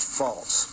false